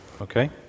Okay